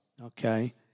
okay